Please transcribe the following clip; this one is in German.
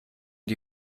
die